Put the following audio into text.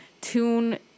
tune